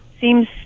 seems